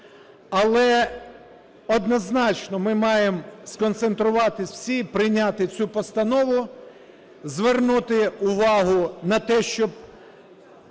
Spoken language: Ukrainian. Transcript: Але однозначно, ми маємо сконцентруватися всі і прийняти цю постанову, звернути увагу на те, щоб